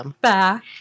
back